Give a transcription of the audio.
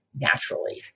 naturally